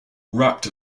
rapped